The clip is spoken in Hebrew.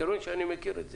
אתם רואים שאני מכיר את זה.